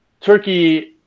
Turkey